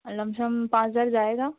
lump sum पाँच हज़ार जाएगा